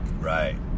right